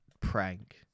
prank